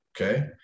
okay